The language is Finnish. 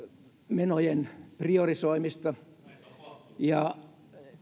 menojen priorisoimista ja